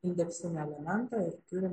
indeksinį elementą ir turim